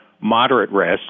moderate-risk